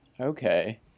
Okay